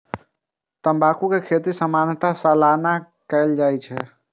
तंबाकू के खेती सामान्यतः सालाना कैल जाइ छै